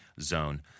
zone